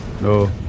No